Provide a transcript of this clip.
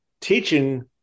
teaching